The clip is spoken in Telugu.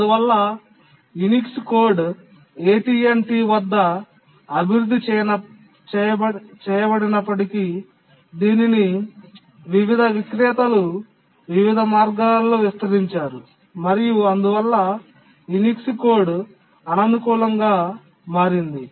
అందువల్ల యునిక్స్ కోడ్ AT T వద్ద అభివృద్ధి చేయబడినప్పటికీ దీనిని వివిధ విక్రేతలు వివిధ మార్గాల్లో విస్తరించారు మరియు అందువల్ల యునిక్స్ కోడ్ అననుకూలంగా మారింది